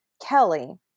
Kelly